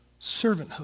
Servanthood